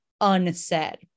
unsaid